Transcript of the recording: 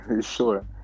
sure